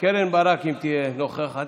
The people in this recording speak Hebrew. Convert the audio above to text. קרן ברק, אם תהיה נוכחת.